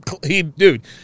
dude